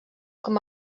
com